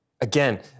Again